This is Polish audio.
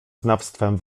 znawstwem